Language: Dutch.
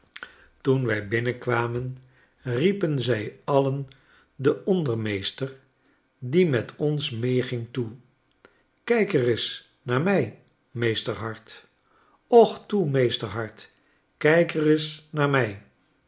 toen wij binnenkwamenriepenzij alien den ondermeester die met ons meeging toe kijk'reis naar mij meester hart och toe meester hart kijk'reis naar mij